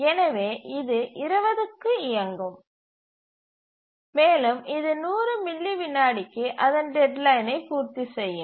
எனவே இது 20 க்கு இயங்கும் மேலும் இது 100 மில்லி விநாடிக்கு அதன் டெட்லைனை பூர்த்தி செய்யும்